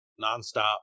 nonstop